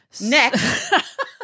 Next